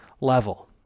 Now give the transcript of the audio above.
level